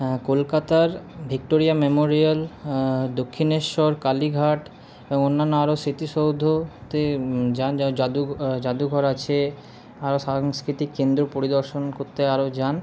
কলকাতার Victoria memorial Dakshineswar Kalighat ও অন্যান্য আরও স্মৃতিসৌধতে যান জাদু জাদুঘর আছে আরও সাংস্কৃতিক কেন্দ্র পরিদর্শন করতে আরও যান